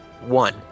one